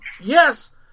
Yes